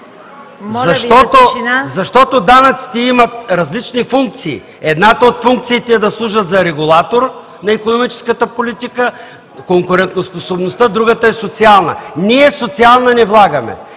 защото данъците имат различни функции. Едната от функциите е да служат за регулатор на икономическата политика, конкурентоспособността, другата е социална. Ние социална не влагаме.